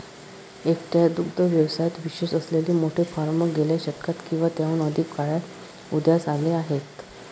एकट्या दुग्ध व्यवसायात विशेष असलेले मोठे फार्म गेल्या शतकात किंवा त्याहून अधिक काळात उदयास आले आहेत